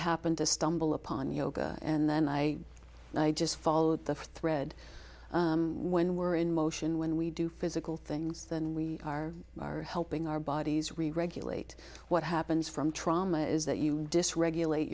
happened to stumble upon yoga and then i just followed the thread when we're in motion when we do physical things than we are helping our bodies reregulate what happens from trauma is that you dysregulat